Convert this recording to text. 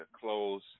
close